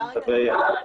להבהיר.